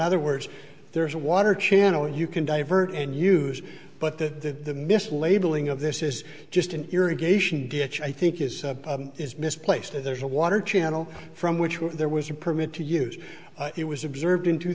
other words there is water channel you can divert and use but that the mislabeling of this is just an irrigation ditch i think is is misplaced that there's a water channel from which were there was a permit to use it was observed in two